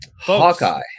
Hawkeye